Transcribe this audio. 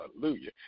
Hallelujah